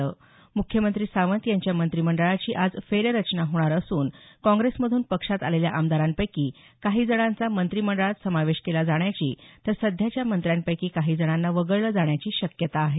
म्ख्यमंत्री सावंत यांच्या मंत्रीमंडळाची आज फेररचना होणार असून काँग्रेसमधून पक्षात आलेल्या आमदारांपैकी काही जणांचा मंत्रीमंडळात समावेश केला जाण्याची तर सध्याच्या मंत्र्यांपैकी काही जणांना वगळलं जाण्याची शक्यता आहे